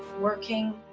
working,